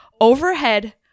overhead